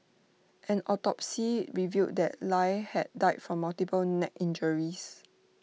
an autopsy revealed that lie had died from multiple neck injuries